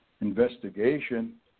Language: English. investigation